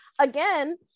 again